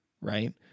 right